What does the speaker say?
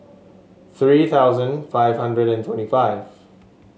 three thousand five hundred and twenty five